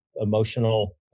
emotional